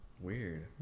Weird